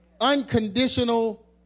Unconditional